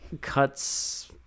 cuts